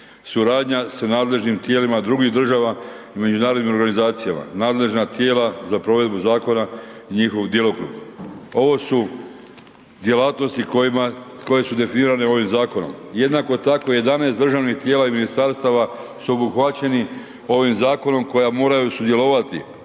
suradnja s nadležnim tijelima drugih država i međunarodnim organizacijama, nadležna tijela za provedbu zakona i njihovog djelokruga. Ovo su djelatnosti kojima, koje su definirane ovim zakonom. Jednako tako 11 državnih tijela i ministarstava su obuhvaćeni ovim zakonom koja moraju sudjelovati